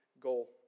goal